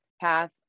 path